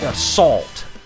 Assault